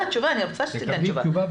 היא תתן תשובה.